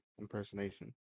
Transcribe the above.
impersonation